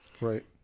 Right